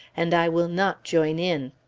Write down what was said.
and i will not join in.